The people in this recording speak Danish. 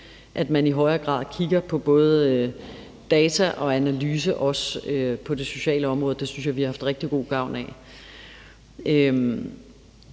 at man i højere grad kigger på både data og analyser på det sociale område, og det synes jeg vi har haft rigtig god gavn af.